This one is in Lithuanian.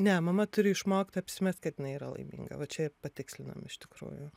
ne mama turi išmokt apsimest kad jinai yra laiminga va čia i patikslinam iš tikrųjų